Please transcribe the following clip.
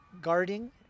guarding